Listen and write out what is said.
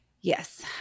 Yes